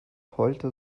holte